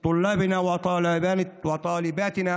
הצעירים והצעירות,